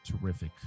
terrific